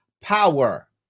power